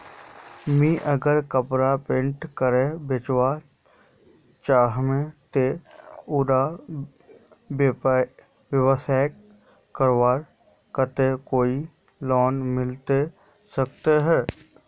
मुई अगर कपड़ा पेंटिंग करे बेचवा चाहम ते उडा व्यवसाय करवार केते कोई लोन मिलवा सकोहो होबे?